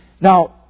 Now